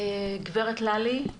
גברת ללי דרעי